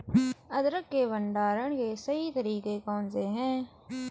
अदरक के भंडारण के सही तरीके कौन से हैं?